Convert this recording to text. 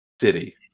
city